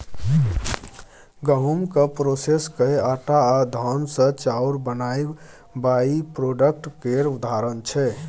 गहुँम केँ प्रोसेस कए आँटा आ धान सँ चाउर बनाएब बाइप्रोडक्ट केर उदाहरण छै